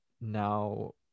now